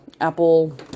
apple